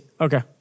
Okay